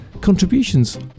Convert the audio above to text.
contributions